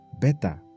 better